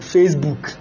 Facebook